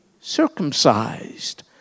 circumcised